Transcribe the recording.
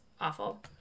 awful